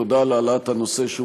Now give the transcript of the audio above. תודה על העלאת הנושא,